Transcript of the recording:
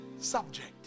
subject